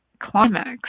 climax